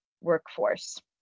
workforce